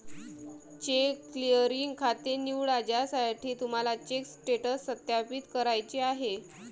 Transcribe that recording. check clearing खाते निवडा ज्यासाठी तुम्हाला चेक स्टेटस सत्यापित करायचे आहे